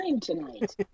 tonight